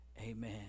amen